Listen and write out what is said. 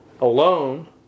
alone